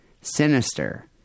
sinister